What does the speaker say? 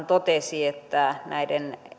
totesi että pelkästään näiden